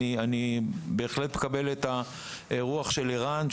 אני בהחלט מקבל את הרוח של ערן,